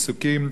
פסוקים,